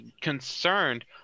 concerned